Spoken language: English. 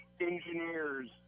engineers